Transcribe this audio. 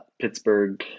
Pittsburgh